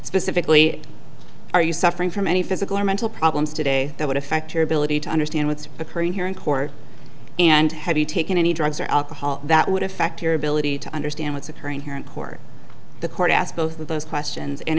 specifically are you suffering from any physical or mental problems today that would affect your ability to understand what's occurring here in court and have you taken any drugs or alcohol that would affect your ability to understand what's occurring here in court the court asked both of those questions